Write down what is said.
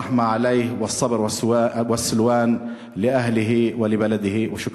רחמים עליו ומי ייתן והאל ישרה על משפחתו ועל כפרו סבלנות ונחמה.